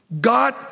God